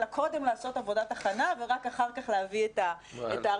אלא קודם לעשות עבודת הכנה ורק אחר כך להביא את ההרצאה.